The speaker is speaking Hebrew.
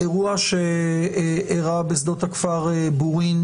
האירוע שאירע בשדות הכפר בורין,